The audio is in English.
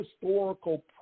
historical